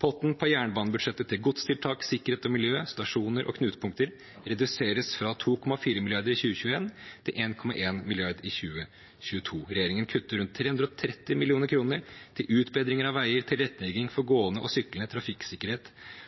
Potten på jernbanebudsjettet til godstiltak, sikkerhet og miljø, stasjoner og knutepunkter reduseres fra 2,4 mrd. kr i 2021 til 1,1 mrd. kr i 2022. Regjeringen kutter rundt 330 mill. kr til utbedringer av veier, tilrettelegging for gående og syklende, trafikksikkerhet